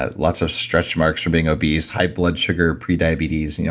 ah lots of stretch marks from being obese, high blood sugar, prediabetes, and yeah